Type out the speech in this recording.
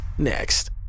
next